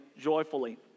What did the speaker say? joyfully